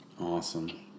Awesome